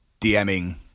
DMing